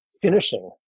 finishing